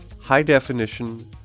high-definition